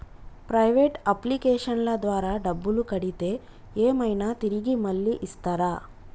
Private అప్లికేషన్ల ద్వారా డబ్బులు కడితే ఏమైనా తిరిగి మళ్ళీ ఇస్తరా?